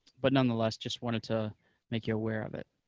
but nonetheless, just wanted to make you aware of it.